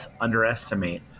underestimate